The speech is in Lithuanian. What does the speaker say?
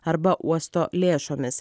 arba uosto lėšomis